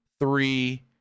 three